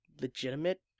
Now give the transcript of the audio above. legitimate